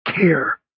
care